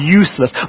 useless